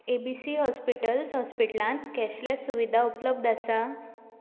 ए B C hospitals हॉस्पिटलांत cashless सुविधा उपलब्ध आसा